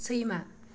सैमा